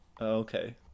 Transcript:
okay